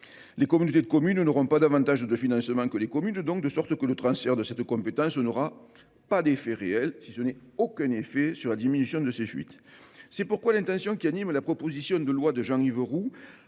Les communautés de communes n'obtiendront pas davantage de financements que les communes, de sorte que le transfert de cette compétence n'aura pas d'effet réel sur la diminution de ces fuites. C'est pourquoi l'intention qui anime la proposition de loi de Jean-Yves Roux